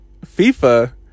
fifa